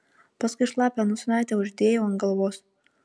paskui šlapią nosinaitę uždėjau ant galvos